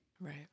Right